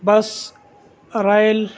بس ریل